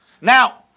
Now